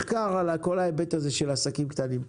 מחקר על כל ההיבט הזה של העסקים הקטנים.